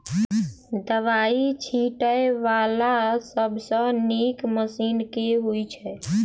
दवाई छीटै वला सबसँ नीक मशीन केँ होइ छै?